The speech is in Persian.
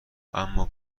اما